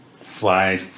Fly